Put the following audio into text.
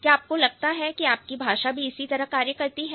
क्या आपको लगता है कि आपकी भाषा भी इसी तरह कार्य करती है